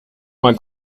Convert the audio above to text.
mal